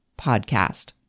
podcast